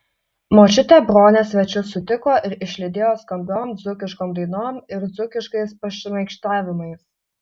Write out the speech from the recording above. močiutė bronė svečius sutiko ir išlydėjo skambiom dzūkiškom dainom ir dzūkiškais pašmaikštavimais